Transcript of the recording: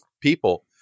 people